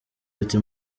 ati